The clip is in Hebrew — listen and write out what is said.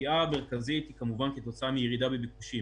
הפגיעה המרכזית היא כמובן כתוצאה מירידה בביקושים.